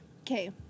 Okay